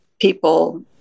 people